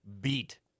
beat